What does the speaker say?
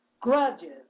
grudges